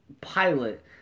Pilot